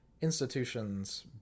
institutions